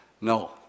No